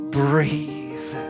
breathe